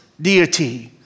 deity